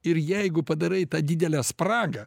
ir jeigu padarai tą didelę spragą